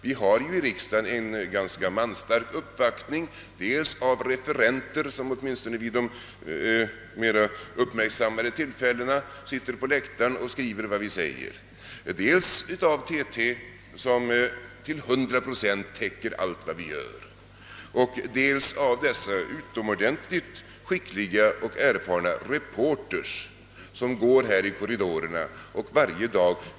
Vi har ju i riksdagen en ganska manstark uppvaktning dels av referenter, som åtminstone vid de mera uppmärksammade tillfällena sitter på läktarna och skriver vad vi säger, dels av TT, som till hundra procent täcker vad vi gör, dels också av dessa utomordentligt skickliga och erfarna reportrar som går här i korridorerna varje dag.